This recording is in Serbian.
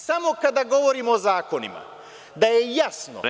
Samo kada govorimo o zakonima, da je jasno, precizno…